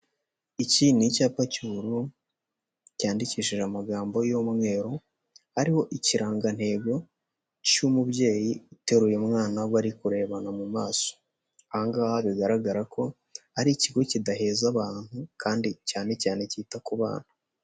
Iki ni icyapa cy'ubururu cyandikishije amagambo y'umweru, ariho ikirangantego cy'umubyeyi uteruye umwana aho bari kurebana mu maso. Ahangaha bigaragara ko ari ikigo kidaheza abantu kandi cyane cyane cyita ku bana.